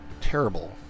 terrible